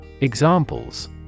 Examples